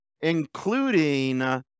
including